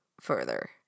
further